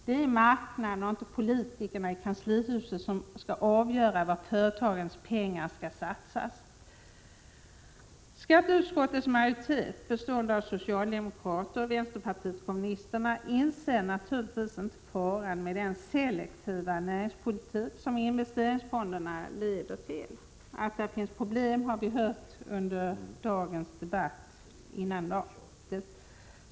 Det är marknaden och inte politikerna i kanslihuset som skall avgöra vad företagens pengar skall satsas i. Skatteutskottets majoritet bestående av socialdemokrater och vpk inser naturligtvis inte faran med den selektiva näringspolitik som investeringsfonderna leder till. Att det finns problem har vi hört under dagens debatt.